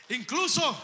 incluso